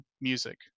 music